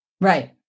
Right